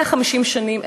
150 שנה,